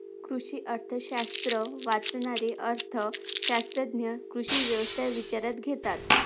कृषी अर्थशास्त्र वाचणारे अर्थ शास्त्रज्ञ कृषी व्यवस्था विचारात घेतात